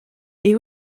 est